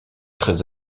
très